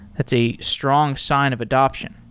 that's a strong sign of adaption.